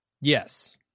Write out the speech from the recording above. yes